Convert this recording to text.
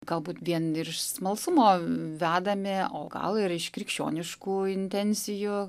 galbūt vien ir iš smalsumo vedami o gal ir iš krikščioniškų intencijų